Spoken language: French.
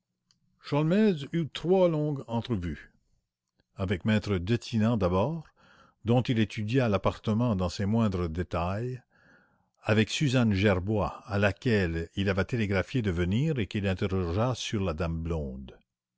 eut trois longues entrevues avec m e detinan d'abord dont il étudia l'appartement dans ses moindres détails avec la sœur auguste retirée au couvent des visi tandines avec suzanne gerbois enfin qui se trouvait de passage à paris et qu'il interrogea sur la dame blonde